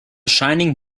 shining